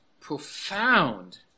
profound